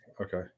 okay